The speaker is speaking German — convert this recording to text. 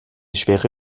schwere